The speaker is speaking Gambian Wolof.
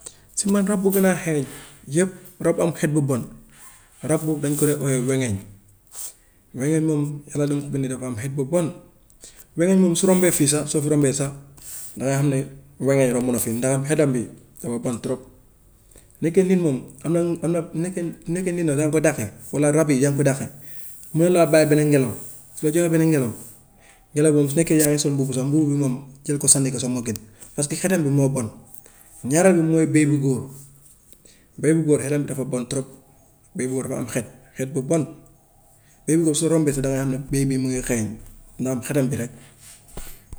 Si man rab bu gën a xeeñ yëpp rab am xet bu bon rab boobu dañu koy oyee wengeñ wengeñ moom yàlla ni mu ko bindee dafa am xet bu bon, wengeñ moomu su rombee fii sax su fi rombee sax dangay xam ne wengeñ romb na fi ndax xetam bi dafa bon trop. Nekkee nit moom am na am na nekkee su nekkee nit nag yaa ngi koy daqe walla rab yi yaa ngi koy daqe mu war laa bàyyee benn ngelaw su la joxee benn ngelaw ngelaw boobu su fekkee yaa ngi sol mbubu sax mbubu bi moom jël ko sànni ko sax moo gën parce que xetam bi moo bon. Ñaareel bi mooy bëy bu góor bëy bu góor xetam bi dafa bon trop bëy bu góor dafa am xet, xet bu bon, bëy bu góor su rombee sax dangay xam ne bëy bii mu ngi xeeñ naam xetam bi rek.